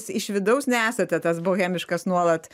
iš vidaus nesate tas bohemiškas nuolat